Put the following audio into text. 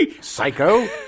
psycho